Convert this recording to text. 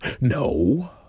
No